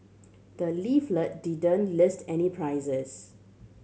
the leaflet didn't list any prices